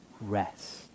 rest